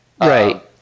Right